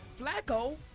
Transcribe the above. Flacco